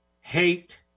hate